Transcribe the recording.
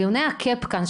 דיוני הקאפ כאן,